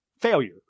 failure